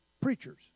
preachers